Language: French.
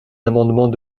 amendement